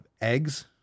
eggs